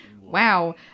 Wow